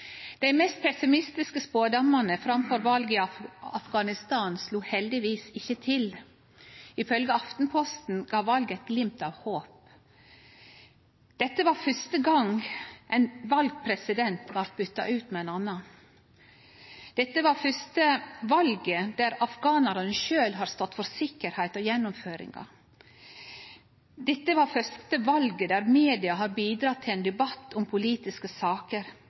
Dei mest pessimistiske spådomane framfor valet i Afghanistan slo heldigvis ikkje til. Ifølgje Aftenposten gav valet eit glimt av håp. Dette var fyrste gong ein vald president vart bytta ut med ein annan. Dette var fyrste valet der afghanarane sjølve har stått for sikkerheiten og gjennomføringa. Dette var fyrste valet der media har bidratt til ein debatt om politiske saker